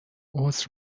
عذر